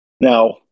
Now